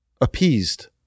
appeased